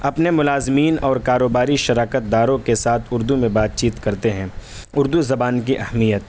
اپنے ملازمین اور کاروباری شراکت داروں کے ساتھ اردو میں بات چیت کرتے ہیں اردو زبان کی اہمیت